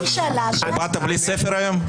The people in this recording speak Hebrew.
באת בלי ספר היום?